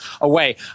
away